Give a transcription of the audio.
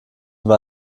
war